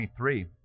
23